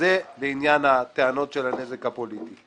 זה לעניין הטענות על הנזק הפוליטי.